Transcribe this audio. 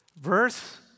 Verse